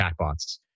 chatbots